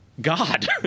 God